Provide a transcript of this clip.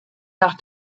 nach